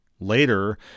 later